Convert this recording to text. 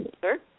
Sir